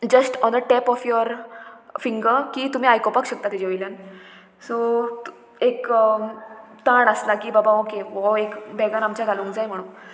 just on the tap of your finger की तुमी आयकुपाक शकता तिजे वयल्यान सो एक ताण आसला की बाबा ओके हो एक बॅगान आमच्या घालूंक जाय म्हणून